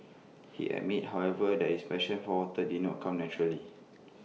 he admits however that his passion for water did not come naturally